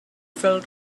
felt